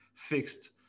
fixed